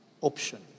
option